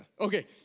Okay